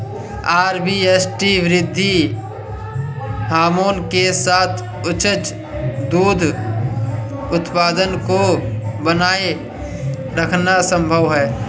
RBST वृद्धि hormone के साथ उच्च दूध उत्पादन को बनाए रखना संभव है